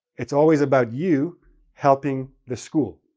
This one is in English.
it's always about you helping the school,